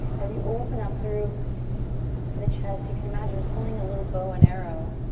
as you open up through the chest, you can imagine pulling a little bow and arrow.